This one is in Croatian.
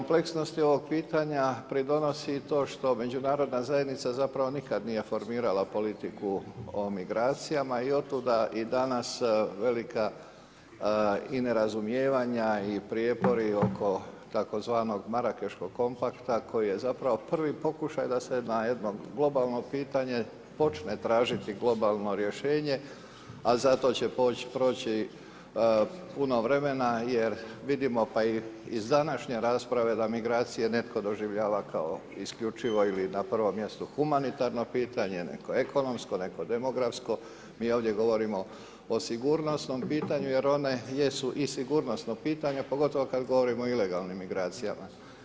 Kompleksnosti ovog pitanja pridonosi i to što međunarodna zajednica zapravo nikada nije formirala politiku o migracijama i otuda i danas velika i nerazumijevanja i prijepori oko tzv. Marakaškog kompakta koji je zapravo prvi pokušaj da se na jedno globalno pitanje počne tražiti globalno rješenje, a za to će proći puno vremena jer vidimo, pa i iz današnje rasprave da migracije netko doživljava kao isključivo ili na prvom mjestu humanitarno pitanje, neko ekonomsko, neko demografsko mi ovdje govorimo o sigurnosnom pitanju, jer one jesu i sigurnosno pitanje pogotovo kad govorimo o ilegalnim migracijama.